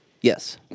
Yes